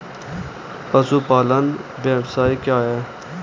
पशुपालन व्यवसाय क्या है?